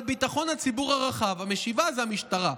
ביטחון הציבור הרחב." המשיבה זה המשטרה.